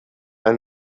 and